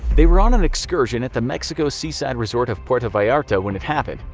they were on an excursion at the mexico seaside resort of puerto vallarta when it happened.